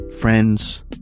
friends